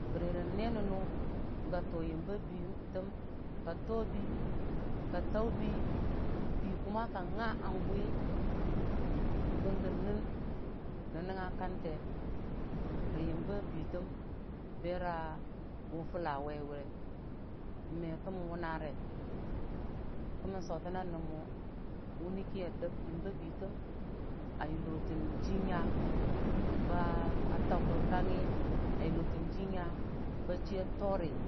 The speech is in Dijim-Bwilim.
Bərəri nən nee nʊnu ga toyəmba biitem kato bii, ka tuubii, bii ka nga hanguwi bənge nɨn nən nga kanke rə yəmba biitem bera wʊ pʊlla waiwe me kəmən wʊnare kə mən sotəna nəb mwo wʊni kia dəm yimba a yʊlo rən jinya ba tau kəkangngi a yʊlotən jinya ba chiya torə